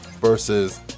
versus